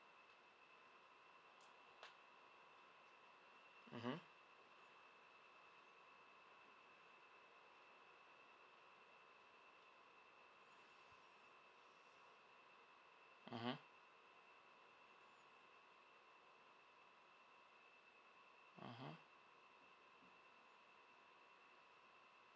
mmhmm mmhmm mmhmm